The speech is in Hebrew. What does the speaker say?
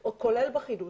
או כולל בחידוש.